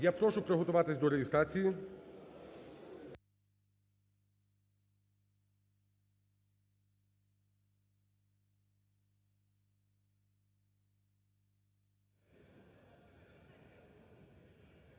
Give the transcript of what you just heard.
Я прошу приготуватись до реєстрації.